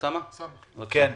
אוסאמה, בבקשה.